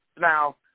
Now